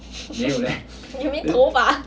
you mean 头发